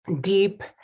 deep